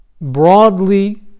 broadly